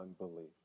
unbelief